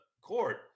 court